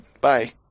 bye